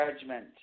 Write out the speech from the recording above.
Judgment